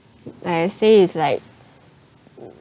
like I say is like